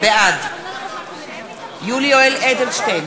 בעד יולי יואל אדלשטיין,